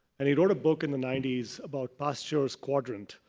and he wrote a book in the ninety s about pasture's quadrant